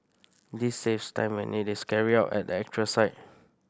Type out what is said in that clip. this saves time when it is carried out at the actual site